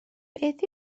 beth